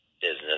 business